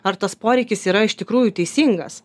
ar tas poreikis yra iš tikrųjų teisingas